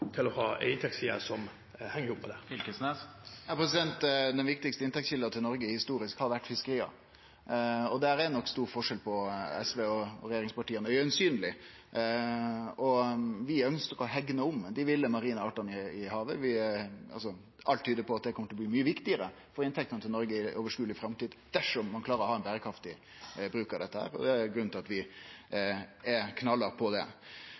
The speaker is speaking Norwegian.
ha en inntektsside som henger i hop med dette. Torgeir Knag Fylkesnes – til oppfølgingsspørsmål. Den viktigaste inntektskjelda til Noreg historisk har vore fiskeria, og der er det tydelegvis stor forskjell på SV og regjeringspartia. Vi ønskjer å hegne om dei ville marine artane i havet. Alt tyder på at det kjem til å bli mykje viktigare for inntektene til Noreg i overskueleg framtid dersom ein klarer å ha ein berekraftig bruk av dette. Det er grunnen til at vi er så knallharde på det.